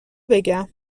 بگم